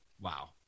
wow